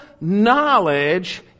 knowledge